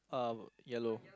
um yellow